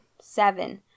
seven